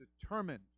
determined